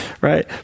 right